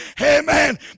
Amen